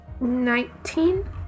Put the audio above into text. Nineteen